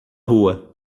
rua